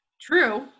True